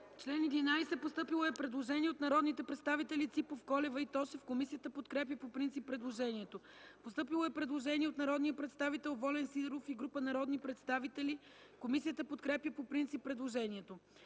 ФИДОСОВА: Постъпило е предложение от народните представители Ципов, Колева и Тошев за чл. 11. Комисията подкрепя по принцип предложението. Постъпило е предложение от народния представител Волен Сидеров и група народни представители. Комисията подкрепя по принцип предложението.